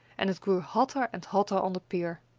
and it grew hotter and hotter on the pier.